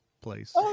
place